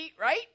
right